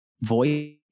voice